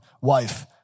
Wife